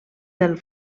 del